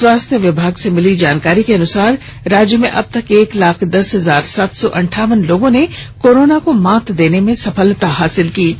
स्वास्थ्य विभाग से मिली जानकारी के अनुसार राज्य में अब तक एक लाख दस हजार सात सौ अंठावन लोगों ने कोरोना को मात देने में सफलता हासिल की है